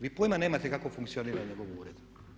Vi pojma nemate kako funkcionira njegov ured.